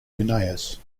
linnaeus